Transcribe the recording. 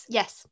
yes